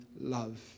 love